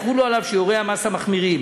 יחולו עליו שיעורי המס המחמירים.